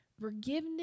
forgiveness